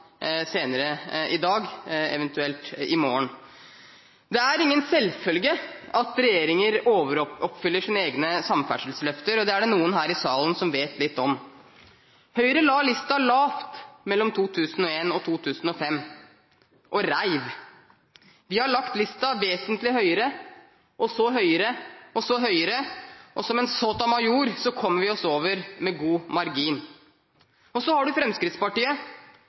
senere i dag – eventuelt i morgen. Det er ingen selvfølge at regjeringer overoppfyller sine egne samferdselsløfter, og det er det noen her i salen som vet litt om. Høyre la listen lavt mellom 2001 og 2005 – og reiv. Vi har lagt listen vesentlig høyre, og så høyere, og så høyere, og som en Sotomayor kommer vi oss over med god margin. Så har man Fremskrittspartiet,